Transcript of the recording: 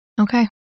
Okay